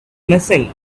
missing